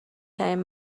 ترین